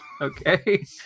Okay